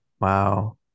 Wow